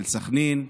של סח'נין,